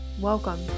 Welcome